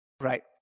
Right